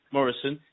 Morrison